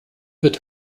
wird